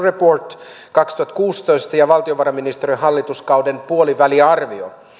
report kaksituhattakuusitoista ja valtiovarainministeriön hallituskauden puoliväliarvio